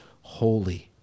holy